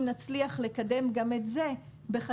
אם נצליח לקדם גם את זה בחקיקה,